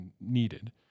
needed